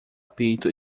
peito